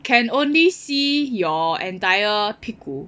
can only see your entire 屁股